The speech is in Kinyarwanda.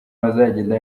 bazagenda